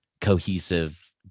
cohesive